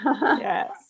Yes